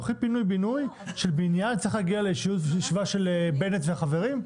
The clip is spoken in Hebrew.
תוכנית פינוי-בינוי של בניין צריכה להגיע לישיבה של בנט והחברים?